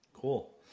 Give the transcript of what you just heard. Cool